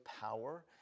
power